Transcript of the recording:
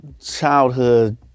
childhood